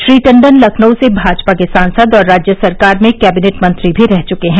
श्री टंडन लखनऊ से भाजपा के सांसद और राज्य सरकार में कैबिनेट मंत्री भी रह चुके हैं